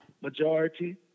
majority